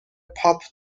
پاپ